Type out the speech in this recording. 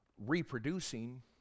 reproducing